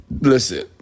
Listen